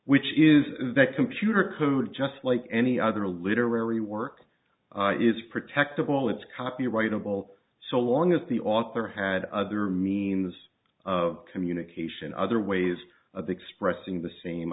which is that computer code just like any other literary work is protectable it's copyrightable so long as the author had other means of communication other ways of expressing the same